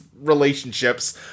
relationships